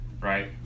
right